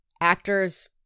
actors